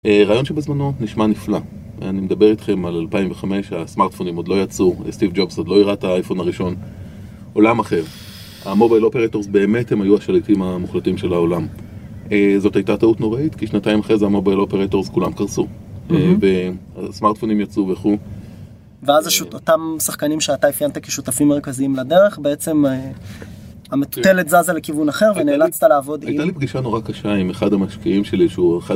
רעיון שבזמנו נשמע נפלא, אני מדבר איתכם על 2005, הסמארטפונים עוד לא יצאו, סטיב ג'ובס עוד לא הראה את האייפון הראשון, עולם אחר, המוביל אופרטורס באמת הם היו השליטים המוחלטים של העולם. זאת הייתה טעות נוראית כי שנתיים אחרי זה המוביל אופרטורס כולם קרסו והסמארטפונים יצאו וכו' ואז אותם שחקנים שאתה אפיינת כשותפים מרכזיים לדרך בעצם המטוטלת זזה לכיוון אחר ונאלצת לעבוד עם... הייתה לי פגישה נורא קשה עם אחד המשקיעים שהוא אחד